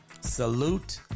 Salute